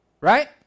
Right